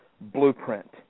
blueprint